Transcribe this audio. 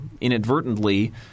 inadvertently